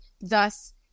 thus